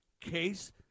case